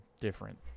different